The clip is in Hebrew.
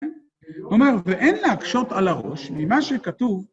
הוא אומר, ואין להקשות על הראש ממה שכתוב